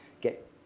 get